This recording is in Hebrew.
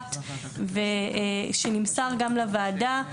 מפורט שנמסר גם לוועדה.